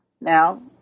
Now